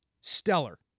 stellar